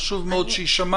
חשוב מאוד שיישמע,